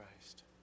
Christ